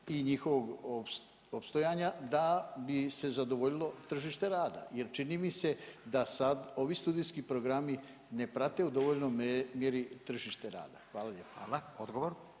i njihovog opstojanja, da bi se zadovoljilo tržište rada. Jer čini mi se da sad ovi studijski programi ne prate u dovoljnoj mjeri tržište rada. Hvala lijepo. **Radin,